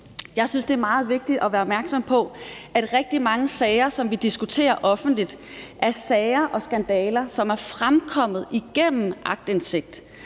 Jeg synes, det er rigtig vigtigt at være opmærksom på, at rigtig mange af de sager, som vi diskuterer offentligt, er sager og skandaler, som er fremkommet igennem aktindsigt.